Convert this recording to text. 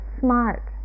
smart